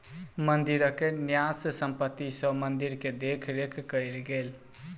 मंदिरक न्यास संपत्ति सॅ मंदिर के देख रेख कएल गेल